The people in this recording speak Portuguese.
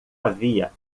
havia